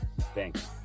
Thanks